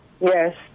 Yes